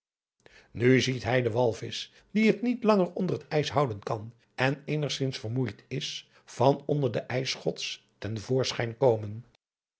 nu ziet hij den walvisch die het niet langer onder het ijs houden kan en eenigzins vermoeid is van onder de ijsschots ten voorschijn komen